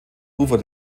ufer